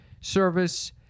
service